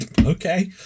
Okay